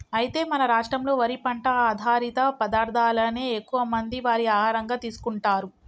అయితే మన రాష్ట్రంలో వరి పంట ఆధారిత పదార్థాలనే ఎక్కువ మంది వారి ఆహారంగా తీసుకుంటారు